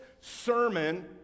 sermon